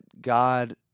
God